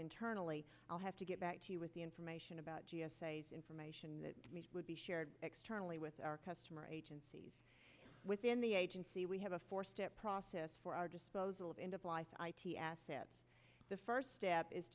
internally i'll have to get back to you with the information about g s a information that would be shared externally with our customer agencies within the agency we have a four step process for our disposal of end of life i t assets the first step is